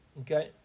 Okay